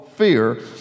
fear